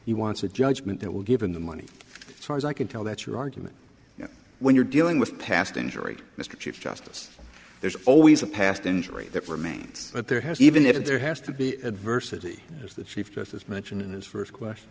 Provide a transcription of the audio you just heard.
he wants a judgment that will give him the money as far as i can tell that's your argument when you're dealing with past injury mr chief justice there's always a past injury that remains but there has even if there has to be adversity is the chief justice mentioned in his first question